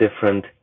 different